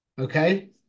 Okay